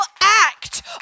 act